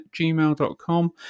gmail.com